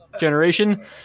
Generation